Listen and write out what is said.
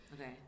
Okay